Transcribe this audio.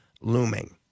looming